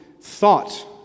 thought